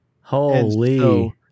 Holy